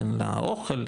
אוכל,